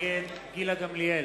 נגד גילה גמליאל,